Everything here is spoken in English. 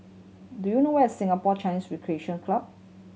do you know where is Singapore Chinese Recreation Club